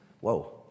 Whoa